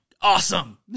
Awesome